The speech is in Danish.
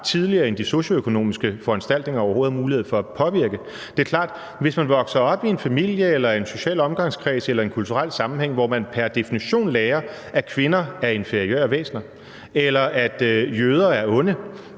tidligere end de socioøkonomiske foranstaltninger overhovedet har mulighed for at påvirke. Det er klart, at hvis man vokser op i en familie eller en social omgangskreds eller i en kulturel sammenhæng, hvor man pr. definition lærer, at kvinder er inferiøre væsener, eller at jøder er onde